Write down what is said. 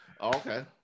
Okay